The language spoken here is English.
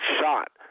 shot